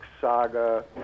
Saga